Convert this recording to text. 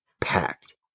packed